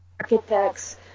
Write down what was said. architects